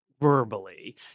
verbally